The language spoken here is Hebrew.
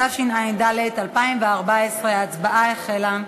התשע"ד 2014. ההצבעה החלה.